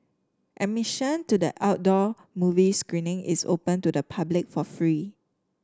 admission to the outdoor movie screening is open to the public for free